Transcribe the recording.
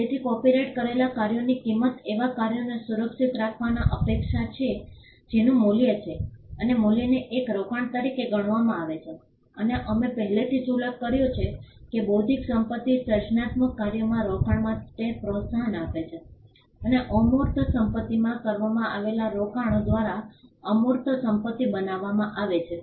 તેથી કોપિરાઇટ કરેલા કાર્યોની કિંમત એવા કાર્યોને સુરક્ષિત રાખવાની અપેક્ષા છે જેનું મૂલ્ય છે અને મૂલ્યને એક રોકાણ તરીકે ગણવામાં આવે છે અને અમે પહેલેથી જ ઉલ્લેખ કર્યો છે કે બૌદ્ધિક સંપત્તિ સર્જનાત્મક કાર્યોમાં રોકાણ માટે પ્રોત્સાહન આપે છે અને અમૂર્ત સંપત્તિમાં કરવામાં આવેલા રોકાણો દ્વારા અમૂર્ત સંપત્તિ બનાવવામાં આવે છે